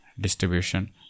distribution